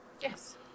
Yes